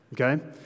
okay